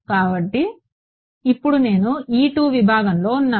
కాబట్టి ఇప్పుడు నేను విభాగంలో ఉన్నాను